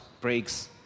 breaks